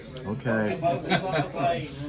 Okay